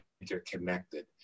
interconnected